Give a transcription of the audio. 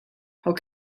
how